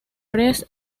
press